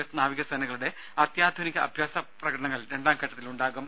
S നാവികസേനകളുടെ അത്യാധുനിക Japan അഭ്യാസപ്രകടനങ്ങൾ രണ്ടാംഘട്ടത്തിൽ നടക്കും